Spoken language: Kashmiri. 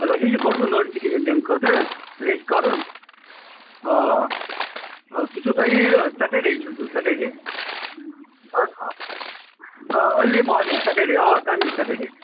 اَسہِ حظ چھُ کوٚڑمُت نوٹیفِکیشَن تَمہِ خٲطرٕ اَسہِ حظ چھُ کَرُن آ سُہ چھُ تۄہہِ سیٹرڈے چھُ سُہ سیٹرڈے آ أرلی مارنِنٛگ سیٹرڈے آ کَمِنگ سَیٹرڈے